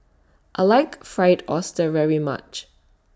I like Fried Oyster very much